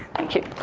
thank you.